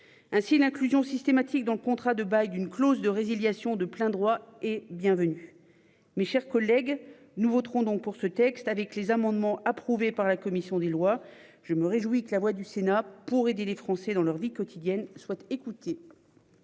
Ainsi l'inclusion systématique dans le contrat de bail d'une clause de résiliation de plein droit et bienvenue. Mes chers collègues, nous voterons donc pour ce texte avec les amendements approuvés par la commission des lois. Je me réjouis que la voix du Sénat pour aider les Français dans leur vie quotidienne soit écoutée.